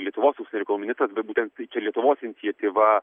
lietuvos užsienio reikalų ministras bet būtent čia lietuvos iniciatyva